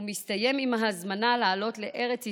ומסתיים בהזמנה לעלות לארץ ישראל: